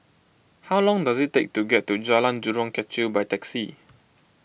how long does it take to get to Jalan Jurong Kechil by taxi